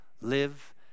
Live